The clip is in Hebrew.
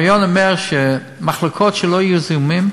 הרעיון אומר שמחלקות שלא יהיו בהן זיהומים,